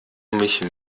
mich